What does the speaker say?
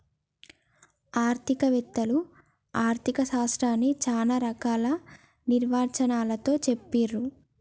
ఆర్థిక వేత్తలు ఆర్ధిక శాస్త్రాన్ని చానా రకాల నిర్వచనాలతో చెప్పిర్రు